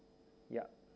ya